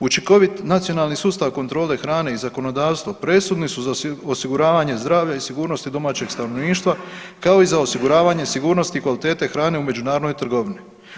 Učinkovit nacionalni sustav kontrole hrane i zakonodavstvo presudni su za osiguravanje zdravlja i sigurnosti domaćeg stanovništva kao i za osiguravanje sigurnosti kvalitete hrane u međunarodnoj trgovini.